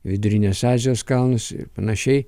vidurinės azijos kalnus ir panašiai